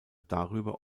darüber